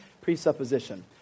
presupposition